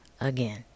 again